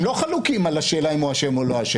הם לא חלוקים על השאלה אם הוא אשם או לא אשם,